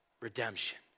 redemption